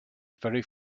very